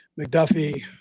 McDuffie